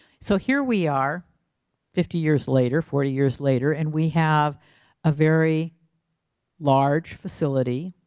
so here we are fifty years later, forty years later and we have a very large facility,